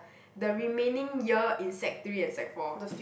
the remaining year in sec three and sec four